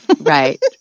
right